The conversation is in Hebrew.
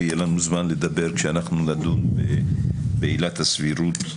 ויהיה לנו זמן לדבר כשנדון בעילת הסבירות,